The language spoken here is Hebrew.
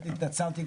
ממתי החובות?